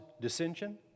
dissension